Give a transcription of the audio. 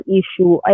issue